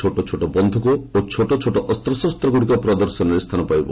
ଛୋଟ ବନ୍ଧୁକ ଓ ଛୋଟ ଛୋଟ ଅସ୍ତ୍ରଶସ୍ତଗୁଡ଼ିକ ପ୍ରଦର୍ଶନୀରେ ସ୍ଥାନ ପାଇବ